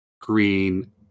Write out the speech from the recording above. green